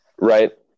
Right